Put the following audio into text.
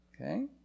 Okay